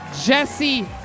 Jesse